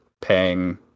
paying